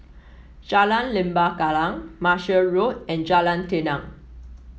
Jalan Lembah Kallang Martia Road and Jalan Tenang